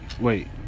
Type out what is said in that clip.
wait